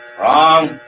Wrong